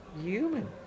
human